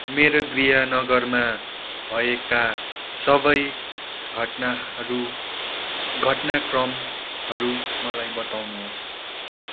मेरो गृहनगरमा भएका सबै घटनाहरू घटनाक्रमहरू मलाई बताउनुहोस्